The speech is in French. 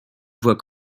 voit